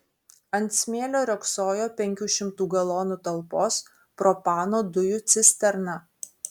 ant smėlio riogsojo penkių šimtų galonų talpos propano dujų cisterna